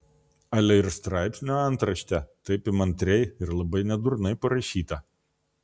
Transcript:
ale ir straipsnio antraštė taip įmantriai ir labai nedurnai parašyta